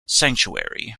sanctuary